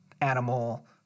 animal